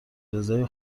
رضای